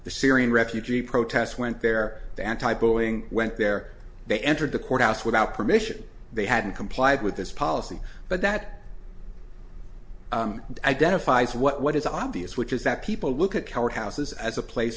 the syrian refugee protests went there the anti poaching went there they entered the courthouse without permission they had complied with this policy but that identifies what is obvious which is that people look at howard houses as a place